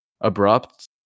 abrupt